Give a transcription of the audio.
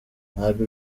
ntabwo